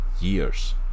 years